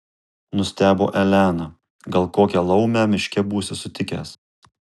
nustebo elena gal kokią laumę miške būsi sutikęs